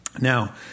Now